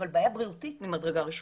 אבל בעיה בריאותית ממדרגה ראשונה.